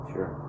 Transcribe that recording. Sure